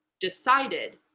decided